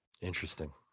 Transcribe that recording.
interesting